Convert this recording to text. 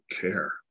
care